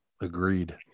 agreed